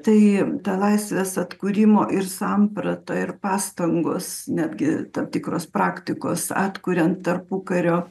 tai tą laisvės atkūrimo ir samprata ir pastangos netgi tam tikros praktikos atkuriant tarpukario